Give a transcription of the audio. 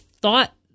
thought